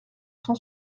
cent